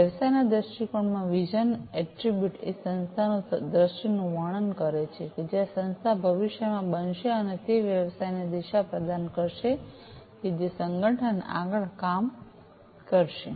વ્યવસાયના દૃષ્ટિકોણમાં vision attribute એ સંસ્થાની દ્રષ્ટિનું વર્ણન કરે છે જ્યાં સંસ્થા ભવિષ્યમાં બનશે અને તે વ્યવસાયને દિશા પ્રદાન કરશે કે જે સંગઠન આગળ કામ કરશે